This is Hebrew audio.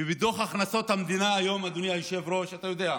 ומתוך הכנסות המדינה, אדוני היושב-ראש, אתה יודע,